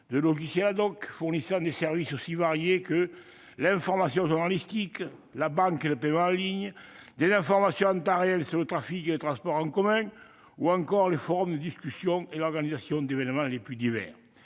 de logiciels, fournissant des services aussi variés que l'information journalistique, la banque, le paiement en ligne, des informations en temps réel sur le trafic et les transports en commun, ou encore les forums de discussion et l'organisation d'événements les plus divers.